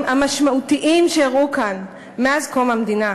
המשמעותיים שאירעו כאן מאז קום המדינה.